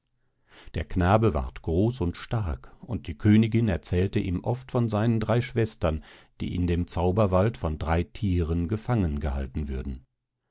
der knabe ward groß und stark und die königin erzählte ihm oft von seinen drei schwestern die in dem zauberwald von drei thieren gefangen gehalten würden